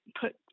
put